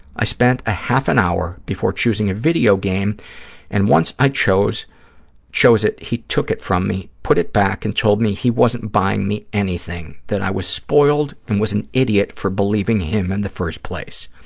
i spent a half an hour before choosing a video game and, once i chose chose it, he took it from me, put it back and told me he wasn't buying me anything, that i was spoiled and was an idiot for believing him in and the first place.